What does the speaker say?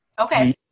Okay